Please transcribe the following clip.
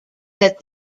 that